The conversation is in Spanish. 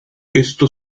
esto